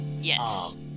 Yes